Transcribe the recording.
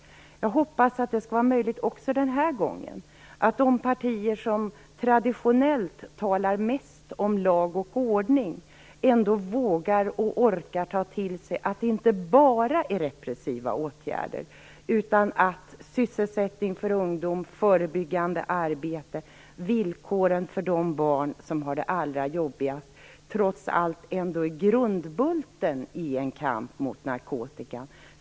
Jag hoppas att det skall vara möjligt också den här gången. Jag hoppas att de partier som traditionellt talar mest om lag och ordning ändå vågar och orkar ta till sig att det inte bara får bli fråga om repressiva åtgärder, utan att sysselsättning för ungdomar, förebyggande arbete och arbete med villkoren för de barn som har det allra jobbigast trots allt är grundbulten i kampen mot narkotikan.